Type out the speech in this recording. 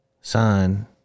son